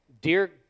Dear